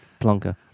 plonker